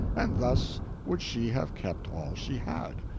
and thus would she have kept all she had.